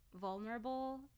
vulnerable